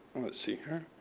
let's see here.